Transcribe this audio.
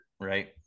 right